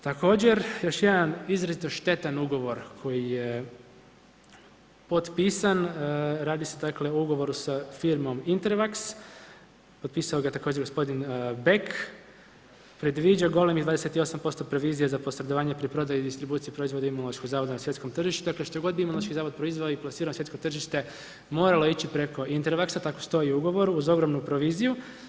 Također još jedan izrazito štetan ugovor koji je potpisan, radi se o ugovoru sa firmom Intervaksa, potpisao ga također gospodin Bek, predviđa golemih 28% provizije za posredovanje pri prodaji distribucije proizvoda Imunološkog zavoda na svjetskom tržištu, dakle što je god Imunološki zavod proizveo i plasirao na svjetsko tržište moralo je ići preko Intervaksa, tako stoji u ugovoru, uz ogromnu proviziju.